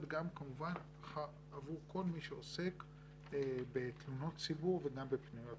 גם כמובן עבור מי שעוסק בתלונות ציבור וגם בפניות ציבור.